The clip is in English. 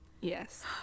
Yes